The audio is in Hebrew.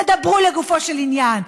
תדברו לגופו של עניין,